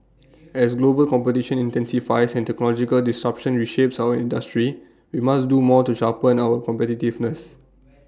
as global competition intensifies and technological disruption reshapes our industry we must do more to sharpen our competitiveness